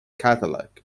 catalog